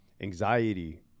anxiety